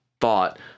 thought